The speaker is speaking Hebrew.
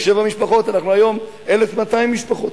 משבע משפחות אנחנו היום 1,200 משפחות,